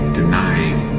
denying